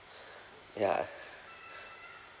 ya